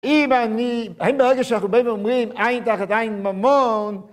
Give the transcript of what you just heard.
אם אני, האם ברגע שאנחנו באים ואומרים עין תחת עין ממון